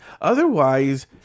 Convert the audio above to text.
Otherwise